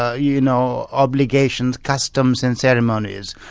ah you know obligations, customs and ceremonies.